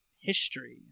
history